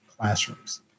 classrooms